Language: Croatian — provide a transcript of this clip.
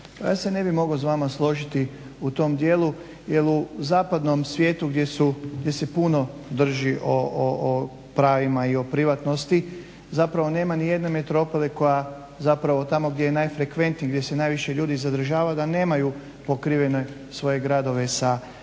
Ja se ne bih mogao s vama složiti u tom dijelu jer u zapadnom svijetu gdje se puno drži o pravima i o privatnosti zapravo nema nijedne metropole koja zapravo tamo gdje je najfrekventnije, gdje se najviše ljudi zadržava da nemaju pokrivene svoje gradove sa